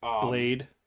Blade